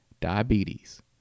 diabetes